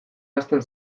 ahazten